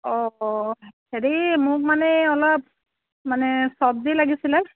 অ হেৰি মোক মানে অলপ মানে চব্জি লাগিছিলে